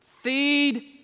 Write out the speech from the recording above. feed